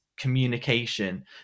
communication